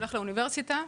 שהולך לאוניברסיטה.